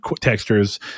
textures